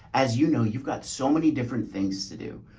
as you know, you've got so many different things to do.